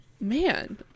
man